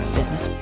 Business